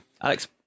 Alex